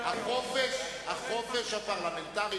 רחבה כמו דבריו של כבוד שר החוץ של מדינת ישראל,